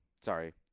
Sorry